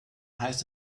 heißt